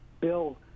Bill